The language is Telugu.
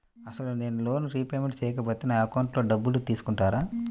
అసలు నేనూ లోన్ రిపేమెంట్ చేయకపోతే నా అకౌంట్లో డబ్బులు తీసుకుంటారా?